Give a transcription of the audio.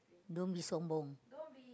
don't be sombong